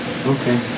Okay